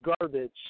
garbage